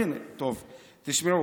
הינה, טוב, תשמעו.